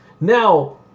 Now